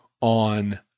on